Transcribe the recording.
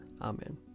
Amen